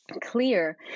clear